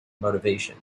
motivation